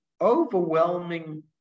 overwhelming